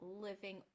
living